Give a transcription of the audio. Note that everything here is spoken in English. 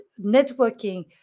networking